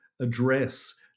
address